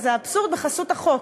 וזה האבסורד בחסות החוק,